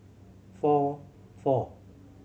four four